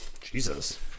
Jesus